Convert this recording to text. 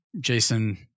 Jason